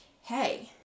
hey